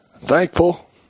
thankful